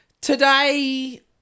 Today